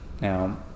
Now